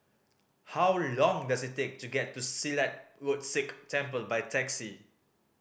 how long does it take to get to Silat Road Sikh Temple by taxi